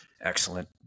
Excellent